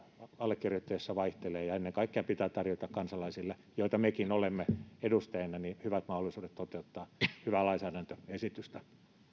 allekirjoittajissa vaihtelevat ja ennen kaikkea pitää tarjota kansalaisille joita mekin edustajina olemme hyvät mahdollisuudet toteuttaa hyvää lainsäädäntöesitystä